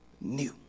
new